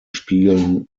spielen